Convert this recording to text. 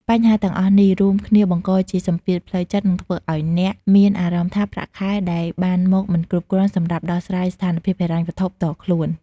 បញ្ហាទាំងអស់នេះ រួមគ្នាបង្កជាសម្ពាធផ្លូវចិត្ត និងធ្វើឲ្យអ្នកមានអារម្មណ៍ថាប្រាក់ខែដែលបានមកមិនគ្រប់គ្រាន់សម្រាប់ដោះស្រាយស្ថានភាពហិរញ្ញវត្ថុផ្ទាល់ខ្លួន។